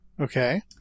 Okay